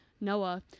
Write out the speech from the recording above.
Noah